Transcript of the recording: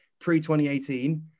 Pre-2018